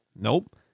Nope